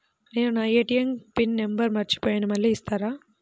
నేను నా ATM PIN number మర్చిపోయాను మళ్ళీ ఇస్తారా?